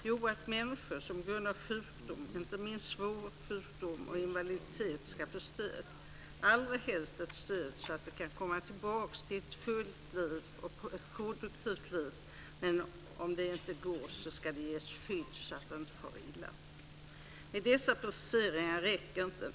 Jo, att människor som på grund av sjukdom, inte minst svårare sjukdomar och individualitet, inte kan arbeta ska få stöd, allrahelst ett stöd så att de kan komma tillbaka till ett fullt och produktivt liv, men om inte det går ska de ges skydd så att de inte far illa. Men dessa preciseringar räcker inte.